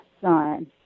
son